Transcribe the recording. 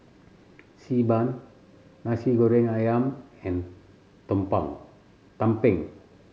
Xi Ban Nasi Goreng Ayam and tumpeng